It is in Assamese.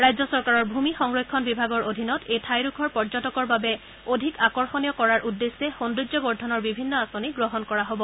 ৰাজ্য চৰকাৰৰ ভূমি সংৰক্ষণ বিভাগৰ অধীনত এই ঠাইডোখৰ পৰ্যটকৰ বাবে অধিক আকৰ্ষণীয় কৰাৰ উদ্দেশ্যে সৌন্দৰ্যবৰ্ধনৰ বিভিন্ন আঁচনি গ্ৰহণ কৰা হব